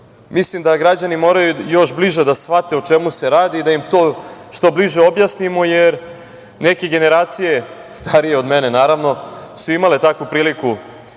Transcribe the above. Mislim da građani moraju još bliže da shvate o čemu se radi i da im to što bliže objasnimo, jer neke generacije starije od mene, naravno, su imale takvu priliku